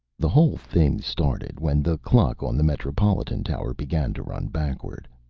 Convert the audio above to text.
the whole thing started when the clock on the metropolitan tower began to run backward.